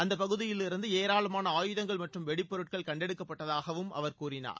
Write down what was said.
அந்த பகுதியிலிருந்து ஏராளமான ஆயுதங்கள் மற்றும் வெடிப்பொருட்கள் கண்டெடுக்கப்பட்டதாகவும் அவர் கூறினார்